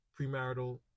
premarital